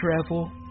travel